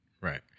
Right